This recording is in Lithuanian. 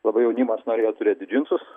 labai jaunimas norėjo turėdi džinsus